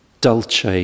Dulce